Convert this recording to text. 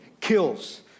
kills